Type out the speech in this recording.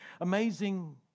amazing